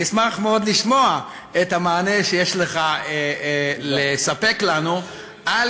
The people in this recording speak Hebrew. אני אשמח מאוד לשמוע את המענה שיש לך לספק לנו על